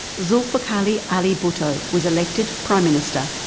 zulfikar ali ali bhutto was elected prime minister.